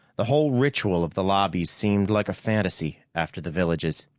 the whole ritual of the lobbies seemed like a fantasy after the villages.